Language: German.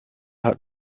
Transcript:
hat